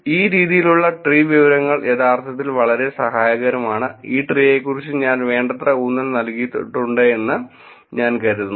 ഈ രീതിയിലുള്ള ട്രീ വിവരങ്ങൾ യഥാർത്ഥത്തിൽ വളരെ സഹായകരമാണ് ഈ ട്രീയെക്കുറിച്ച് ഞാൻ വേണ്ടത്ര ഊന്നൽ നൽകിയിട്ടുണ്ടെന്ന് ഞാൻ കരുതുന്നു